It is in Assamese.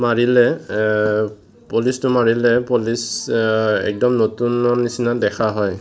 মাৰিলে পলিচটো মাৰিলে পলিচ একদম নতুনৰ নিচিনা দেখা হয়